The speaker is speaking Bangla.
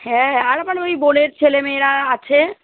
হ্যাঁ আর আমার ওই বোনের ছেলেমেয়েরা আছে